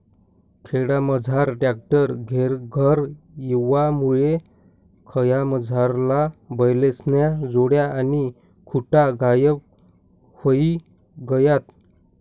खेडामझार ट्रॅक्टर घरेघर येवामुये खयामझारला बैलेस्न्या जोड्या आणि खुटा गायब व्हयी गयात